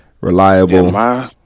Reliable